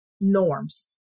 norms